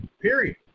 Period